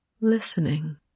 listening